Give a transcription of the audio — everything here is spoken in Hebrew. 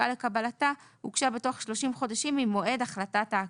לקבלתה הוגשה בתוך 30 חודשים ממועד החלטת ההכרה,